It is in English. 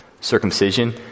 circumcision